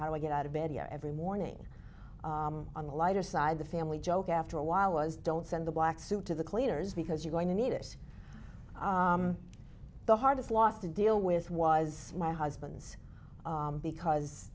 how do i get out of bed every morning on the lighter side of the family joke after a while was don't send the black suit to the cleaners because you're going to need it the hardest loss to deal with was my husband's because